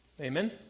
Amen